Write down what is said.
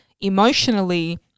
emotionally